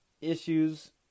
issues